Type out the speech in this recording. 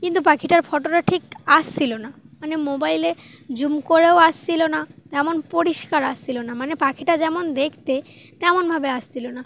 কিন্তু পাখিটার ফটোটা ঠিক আসছিলো না মানে মোবাইলে জুম করেও আসছিল না তেমন পরিষ্কার আসছিলো না মানে পাখিটা যেমন দেখতে তেমনভাবে আসছিল না